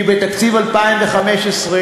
כי בתקציב 2015,